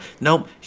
Nope